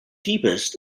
deepest